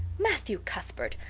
matthew cuthbert,